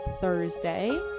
thursday